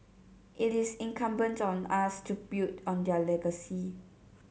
it is incumbent on us to build on their legacy